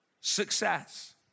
success